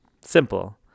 simple